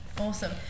awesome